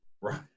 Right